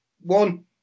one